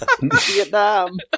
Vietnam